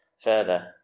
further